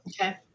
Okay